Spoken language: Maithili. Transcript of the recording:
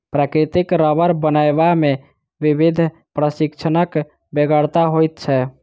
प्राकृतिक रबर बनयबा मे विधिवत प्रशिक्षणक बेगरता होइत छै